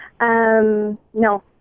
No